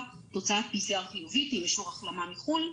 תוצאות PCR חיובית עם אישור החלמה מחו"ל,